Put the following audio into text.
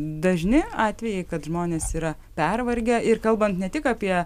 dažni atvejai kad žmonės yra pervargę ir kalbant ne tik apie